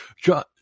John